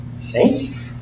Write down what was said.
Saints